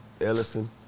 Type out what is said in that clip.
Ellison